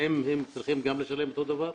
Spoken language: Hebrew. האם הם צריכים גם לשלם אותו דבר?